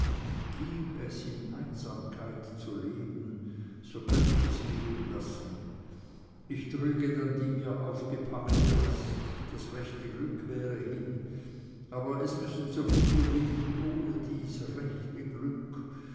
in einsamkeit zu leben so könnt ich es gehen lassen ich trüge dann die mir aufgepackte last das rechte glück wäre hin aber es müssen so viele leben ohne dies rechte glück